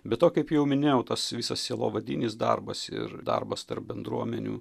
be to kaip jau minėjau tas visas sielovadinis darbas ir darbas tarp bendruomenių